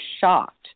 shocked